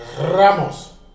Ramos